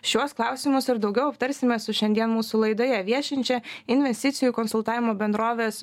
šiuos klausimus ir daugiau aptarsime su šiandien mūsų laidoje viešinčia investicijų konsultavimo bendrovės